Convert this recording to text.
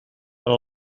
per